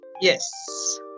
Yes